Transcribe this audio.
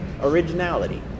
originality